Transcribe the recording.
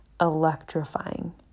electrifying